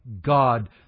God